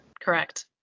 correct